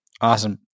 Awesome